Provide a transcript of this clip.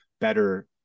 better